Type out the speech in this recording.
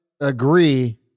agree